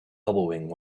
elbowing